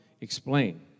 explain